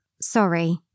sorry